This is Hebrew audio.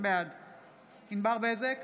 בעד ענבר בזק,